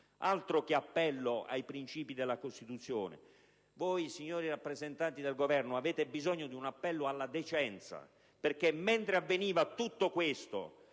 Altro che appello ai principi della Costituzione! Voi, signori rappresentanti del Governo, avete bisogno di un appello alla decenza, perché mentre avveniva tutto questo